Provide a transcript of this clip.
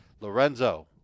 Lorenzo